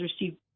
received